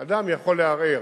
אדם יכול לערער.